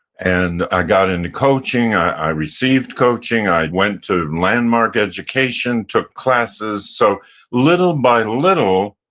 and i got into coaching. i received coaching. i went to landmark education, took classes. so little by little,